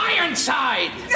Ironside